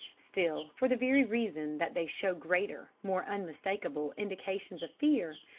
still, for the very reason that they show greater more unmistakable indications of fear,